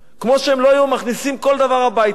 כמו שהם לא היו מכניסים כל דבר הביתה,